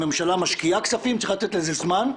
הממשלה משקיעה כספים אבל צריך לתת לזה זמן.